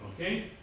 Okay